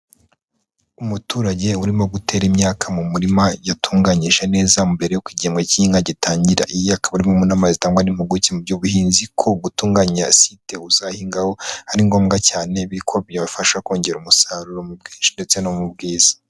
Umuturage urimo gutera imyaka mu murima yatunganyije neza mbere yuko igihembwe cy'ihinga gitangira. Iyi akaba ari imwe mu nama zitangwa n'impupuguke mu by'ubuhinzi, ko gutunganya site uzahingaho, ari ngombwa cyane kuko byabafasha kongera umusaruro mu bwinshi ndetse no mu bwiza.